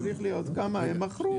איתי, צריך להיות כמה הם מכרו.